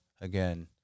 again